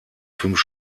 fünf